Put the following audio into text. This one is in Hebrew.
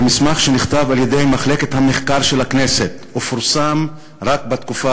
במסמך שנכתב על-ידי מחלקת המחקר של הכנסת ופורסם רק בתקופה